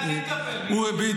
בזה אני מטפל, מיקי.